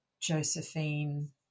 Josephine